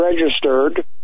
registered